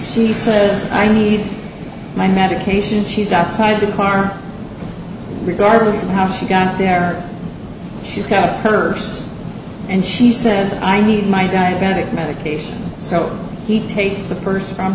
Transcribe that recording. says i need my medication she's outside the car regardless of how she got there she's got her first and she says i need my diabetic medication so he takes the purse from